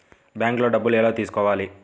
బ్యాంక్లో డబ్బులు ఎలా తీసుకోవాలి?